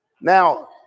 Now